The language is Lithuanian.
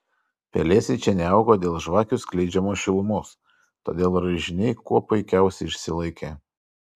pelėsiai čia neaugo dėl žvakių skleidžiamos šilumos todėl raižiniai kuo puikiausiai išsilaikė